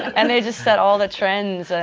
and they just set all the trends.